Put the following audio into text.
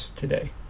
today